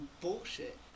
bullshit